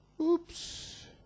Oops